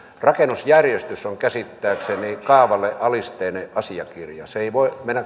rakennusjärjestys on käsittääkseni kaavalle alisteinen asiakirja se ei voi mennä